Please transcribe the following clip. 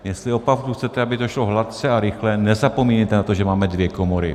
Jestli opravdu chcete, aby to šlo hladce a rychle, nezapomínejte na to, že máme dvě komory.